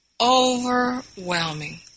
overwhelming